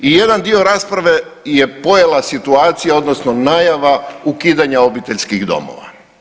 I jedan dio rasprave je pojela situacija, odnosno najava ukidanja obiteljskih domova.